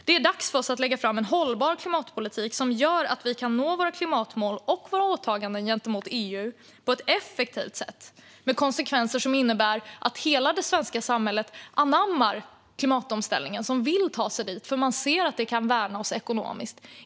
Det är dags för oss att lägga fram en hållbar klimatpolitik som gör att vi kan nå våra klimatmål och våra åtaganden gentemot EU på ett effektivt sätt, med konsekvenser som innebär att hela det svenska samhället anammar klimatomställningen och vill ta sig dit eftersom man ser att det kan gynna oss ekonomiskt.